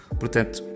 portanto